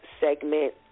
segment